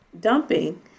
dumping